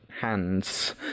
hands